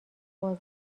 باز